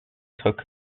took